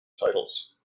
titles